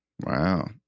Wow